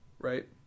Right